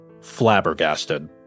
flabbergasted